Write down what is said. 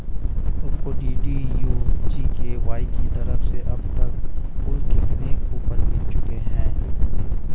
तुमको DDU GKY की तरफ से अब तक कुल कितने कूपन मिल चुके हैं?